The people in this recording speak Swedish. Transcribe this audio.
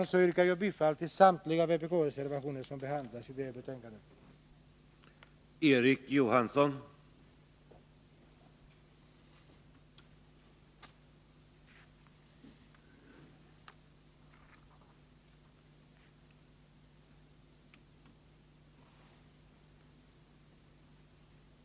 Med detta yrkar jag bifall till samtliga de vpk-reservationer som är fogade till det betänkande vi nu behandlar.